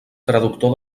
traductor